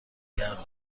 کردم